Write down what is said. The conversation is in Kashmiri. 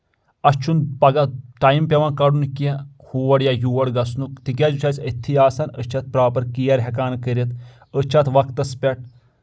اَسہِ چھُنہٕ پگہہ ٹایم پؠوان کَڑُن کینٛہہ کھوڑ یا یور گژھنُک تِکیازِ چھُ اَسہِ أتھہِ آسان أسۍ چھِ اَتھ پراپر کِیر ہؠکان کٔرِتھ أسۍ چھِ اتھ وقتس پؠٹھ